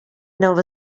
nova